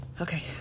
Okay